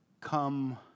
come